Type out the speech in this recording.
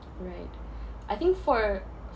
right I think for